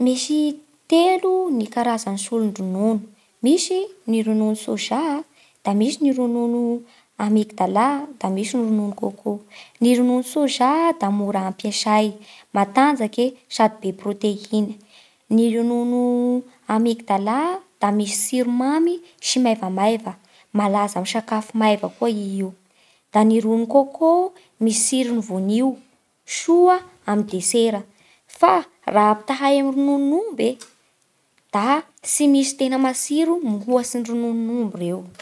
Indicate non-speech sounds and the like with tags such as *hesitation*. Misy telo ny karazan'ny solon-dronono: misy ny ronono sôzà a, da misy ny ronono amigdala a, da misy ny ronono coco. Ny ronono soza a da mora ampiasay, matanjaky e sady be prôteiny. Ny ronono *hesitation* amigdala a da misy tsiro mamy sy maivamaiva, malaza ho sakafo maiva koa i io. Da ny ronono coco misy tsiron'ny voanio, soa amin'ny desera. Fa raha ampitahay amin'ny rononon'omby e da tsy misy tegna matsiro mihoatsy ny rononon'omby ireo.